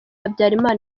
habyarimana